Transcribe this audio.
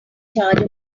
charge